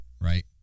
Right